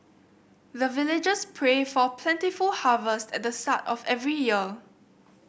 the villagers pray for plentiful harvest at the start of every year